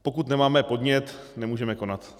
Pokud nemáme podnět, nemůžeme konat.